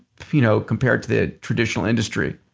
you know compared to the traditional industry.